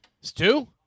Stu